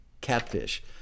Catfish